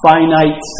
Finite